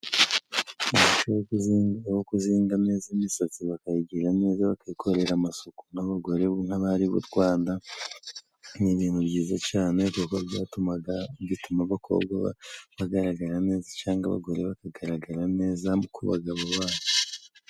Umuco wo kuzinga neza imisatsi bakayigira neza, bakayikorera amasuku nk'abagore nk'abari b'u Rwanda, ni ibintu byiza cane kuko byatumaga bituma abakobwa bagaragara neza, canga abagore bakagaragara neza ku bagabo babo.